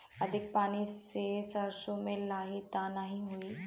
अधिक पानी से सरसो मे लाही त नाही होई?